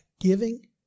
giving